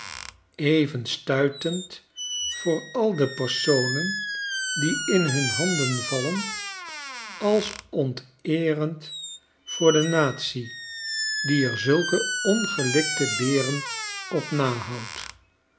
even stuitend voor al de personen die in nun handen vallen als onteerend voor de natie die er zulke ongelikte beren op nahoudt